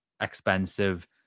Expensive